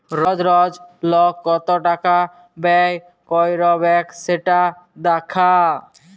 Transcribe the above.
রজ রজ লক কত টাকা ব্যয় ক্যইরবেক সেট দ্যাখা